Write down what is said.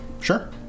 Sure